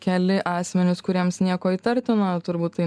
keli asmenys kuriems nieko įtartino turbūt tai